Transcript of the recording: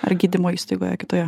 ar gydymo įstaigoje kitoje